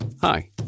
Hi